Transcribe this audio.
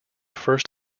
first